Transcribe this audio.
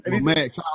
Max